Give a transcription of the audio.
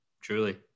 Truly